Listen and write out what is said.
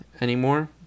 anymore